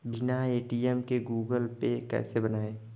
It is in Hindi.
बिना ए.टी.एम के गूगल पे कैसे बनायें?